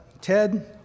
Ted